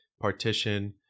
partition